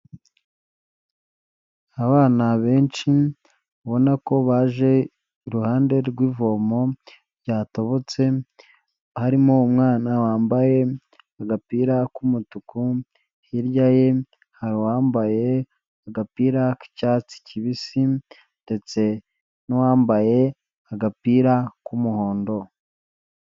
Abana benshi ubona ko baje iruhande rw'ivomompe ryatobotse, harimo umwana wambaye agapira k'umutuku, hirya ye hari uwambaye agapira k'icyatsi kibisi ndetse n'uwambaye agapira k'umuhondo.